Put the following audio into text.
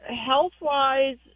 health-wise